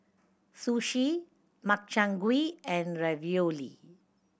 Sushi Makchang Gui and Ravioli